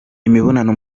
imibonano